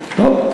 טוב,